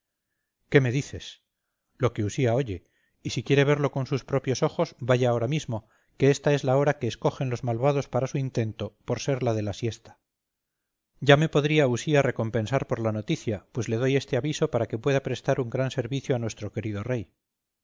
qué me dices lo que usía oye y si quiere verlo con sus propios ojos vaya ahora mismo que esta es la hora que escogen los malvados para su intento por ser la de la siesta ya me podría usía recompensar por la noticia pues le doy este aviso para que pueda prestar un gran servicio a nuestro querido rey